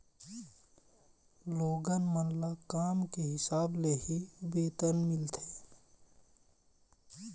लोगन मन ल काम के हिसाब ले ही वेतन मिलथे